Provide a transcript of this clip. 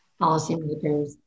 policymakers